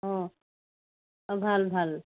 অঁ ভাল ভাল